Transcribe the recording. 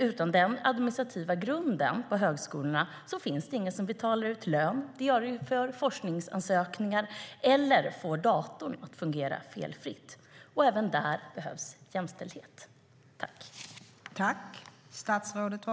Utan den administrativa grunden på högskolorna finns ingen som betalar ut lön, diarieför forskningsansökningarna eller får datorn att fungera felfritt. Även där behövs jämställdhet.